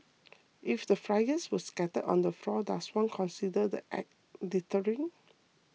if the flyers were scattered on the floor does one consider the Act littering